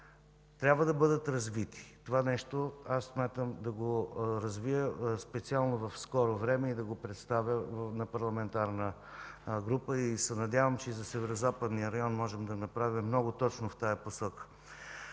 трябва да бъдат развити. Смятам това да го развия специално в скоро време и да го представя на парламентарна група. Надявам се, че за Северозападния район можем да направим много в тази посока.